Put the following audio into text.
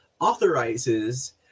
authorizes